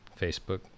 Facebook